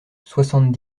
soixante